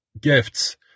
gifts